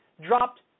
dropped